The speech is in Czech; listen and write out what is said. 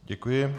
Děkuji.